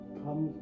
come